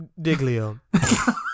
Diglio